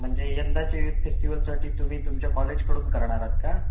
म्हणजे यंदाच्या युथ फेस्टिवलसाठी तुम्ही तुमच्या कॉलेजकडून करणार आहात का